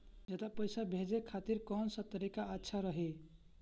ज्यादा पईसा भेजे खातिर कौन सा तरीका अच्छा रही?